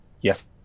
Yes